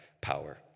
power